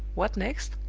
what next?